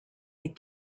les